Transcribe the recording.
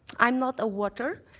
i'm not a water,